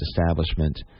establishment